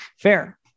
Fair